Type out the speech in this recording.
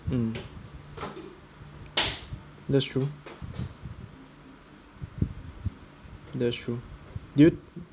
mm that's true that's true do you